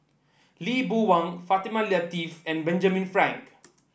Lee Boon Wang Fatimah Lateef and Benjamin Frank